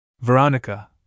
Veronica